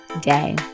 day